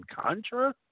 Contra